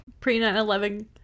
Pre-9-11